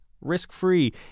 Risk-free